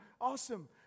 awesome